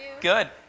Good